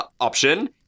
option